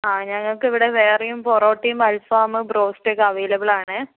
ആ ഞങ്ങൾക്കിവിടെ വേറെയും പൊറോട്ടയും അൽഫാമും ബ്രോസ്റ്റുമൊക്കെ അവൈലബിളാണ്